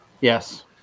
Yes